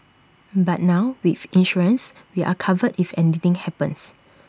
but now with insurance we are covered if anything happens